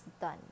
done